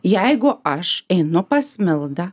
jeigu aš einu pas mildą